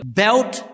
belt